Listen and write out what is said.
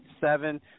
seven